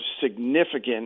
significant